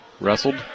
wrestled